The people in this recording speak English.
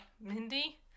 Mindy